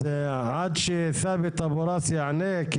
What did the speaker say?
אז עד שת'אבת אבו ראס יענה,